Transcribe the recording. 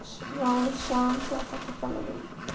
हांव शांत जाता ताका लागून